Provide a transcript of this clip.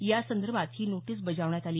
या संदर्भात ही नोटीस बजावण्यात आली